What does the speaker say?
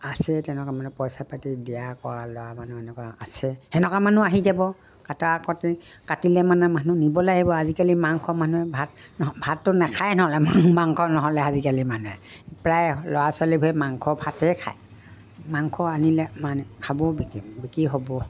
আছে তেনেকুৱা মানে পইচা পাতি দিয়া কৰা ল'ৰা মানুহ এনেকুৱা আছে সেনেকুৱা মানুহ আহি যাব কটা কাটিলে মানে মানুহ নিবলে আহিব আজিকালি মাংস মানুহে ভাত ভাতটো নেখায় নহ'লে মাংস নহ'লে আজিকালি মানুহে প্ৰায় ল'ৰা ছোৱালীৱে মাংস ভাতেই খায় মাংস আনিলে মানে খাব বিক্ৰী হ'ব